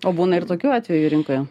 o būna ir tokių atvejų rinkoje